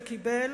וקיבל.